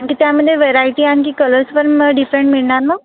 आणखी त्यामध्ये व्हरायटी आणखी कलर्स पण मला डिफरंट मिळणार ना